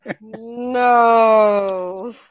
No